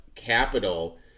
Capital